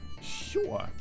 Sure